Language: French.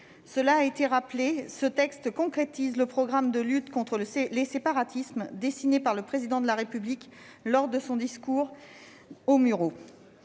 cela a été rappelé, ce texte concrétise le programme de lutte contre les séparatismes dessiné par le Président de la République lors de son discours aux Mureaux.